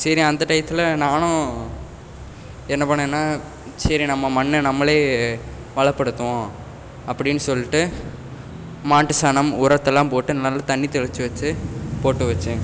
சரி அந்த டையத்தில் நானும் என்ன பண்ணேன்னா சரி நம்ம மண்ண நம்மளே வளப்படுத்துவோம் அப்படின்னு சொல்லிட்டு மாட்டு சாணம் உரத்தெல்லாம் போட்டு நல்ல தண்ணி தெளிச்சு வச்சு போட்டு வச்சேன்